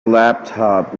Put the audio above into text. laptop